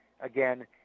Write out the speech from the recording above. again